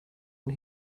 and